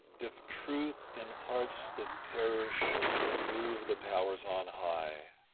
if truth in hearts that perish could move the powers on high,